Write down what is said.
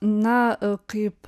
na kaip